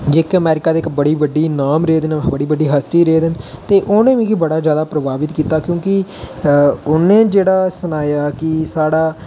जेह्के अमरीका दी इक बड़़ी बड्डे नाम रेह्दे न ओ बड़ी बड्डी हस्ती रेहदे न ते उ'नें मिगी बड़ा जैदा प्रभावित कीता क्योंकि उ'न्नै जेह्ड़ा सनाया कि साढ़ा